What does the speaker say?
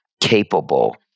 capable